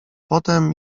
potem